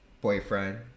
boyfriend